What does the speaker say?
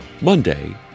Monday